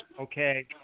okay